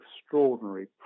extraordinary